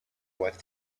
what